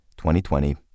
2020